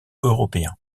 européen